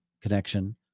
connection